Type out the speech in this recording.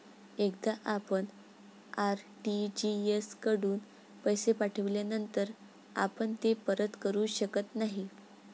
एकदा आपण आर.टी.जी.एस कडून पैसे पाठविल्यानंतर आपण ते परत करू शकत नाही